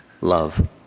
Love